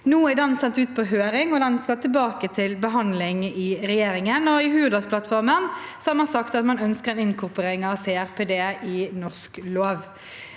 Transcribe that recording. rapporten sendt ut på høring, og den skal tilbake til behandling i regjeringen. I Hurdalsplattformen har man sagt at man ønsker inkorporering av CRPD i norsk lov.